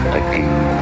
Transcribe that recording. again